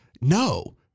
No